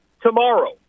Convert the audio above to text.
tomorrow